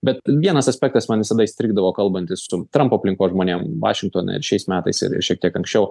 bet vienas aspektas man visada įstrigdavo kalbantis su trampo aplinkos žmonėm vašingtone ir šiais metais ir ir šiek tiek anksčiau